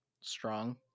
strong